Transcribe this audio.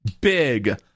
big